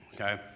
Okay